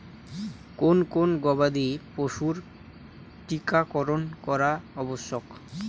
কোন কোন গবাদি পশুর টীকা করন করা আবশ্যক?